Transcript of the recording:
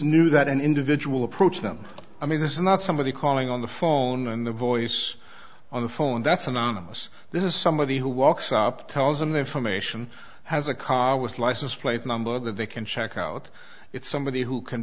knew that an individual approached them i mean this is not somebody calling on the phone and the voice on the phone that's anonymous this is somebody who walks up tells an information has a car with license plate number that they can check out it's somebody who can